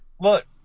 Look